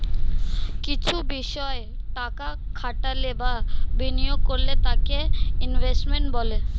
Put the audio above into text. কিছু বিষয় টাকা খাটালে বা বিনিয়োগ করলে তাকে ইনভেস্টমেন্ট বলে